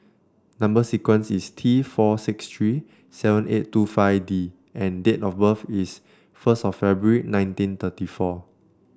number sequence is T four six three seven eight two five D and date of birth is first of February nineteen thirty four